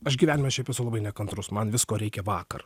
aš gyvenime šiaip esu labai nekantrus man visko reikia vakar